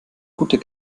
guter